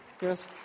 yes